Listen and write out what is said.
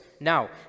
Now